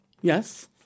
yes